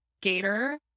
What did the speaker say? Gator